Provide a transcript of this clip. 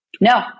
No